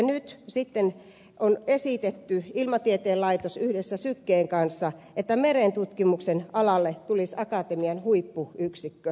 nyt sitten on esittänyt ilmatieteen laitos yhdessä syken kanssa että merentutkimuksen alalle tulisi akatemian huippuyksikkö